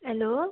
hello